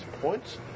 points